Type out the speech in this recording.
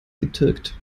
getürkt